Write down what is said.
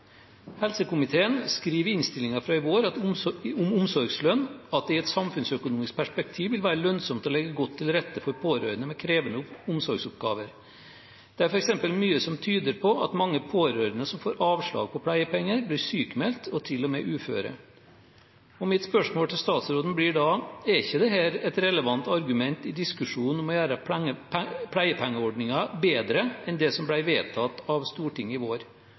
Helsekomiteen skriver i innstillingen fra i vår om omsorgslønn at «det i et samfunnsøkonomisk perspektiv vil være lønnsomt å legge godt til rette for pårørende med krevende omsorgsoppgaver. Det er for eksempel mye som tyder på at mange pårørende som får avslag på pleiepenger, blir sykmeldt og til og med uføre.» Mitt spørsmål til statsråden blir da: Er ikke dette et relevant argument i diskusjonen om å gjøre pleiepengeordningen bedre enn det som ble vedtatt av Stortinget i vår?